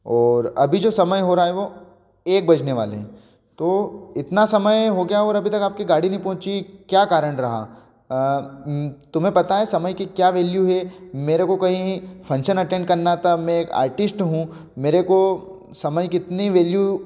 और अभी जो समय हो रहा है वो एक बजने वाले है तो इतना समय हो गया और अभी तक आपकी गाड़ी नहीं पहुंची क्या कारण रहा तुम्हें पता है समय की क्या वैल्यू है मेरे को कहीं फंक्शन अटेंड करना था मैं एक आर्टिस्ट हूँ मेरे को समय की इतनी वैल्यू